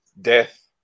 death